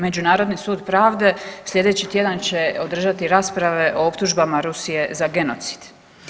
Međunarodni sud pravde sljedeći tjedan će održati rasprave o optužbama Rusije za genocid.